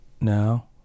now